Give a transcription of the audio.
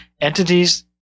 entities